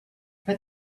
but